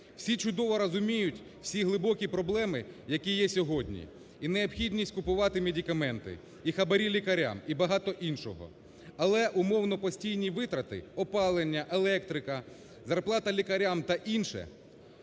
Всі чудово розуміють всі глибокі проблеми, які є сьогодні. І необхідність купувати медикаменти, і хабарі лікарям, і багато іншого. Але умовно постійні витрати: опалення, електрика, зарплата лікарям та інше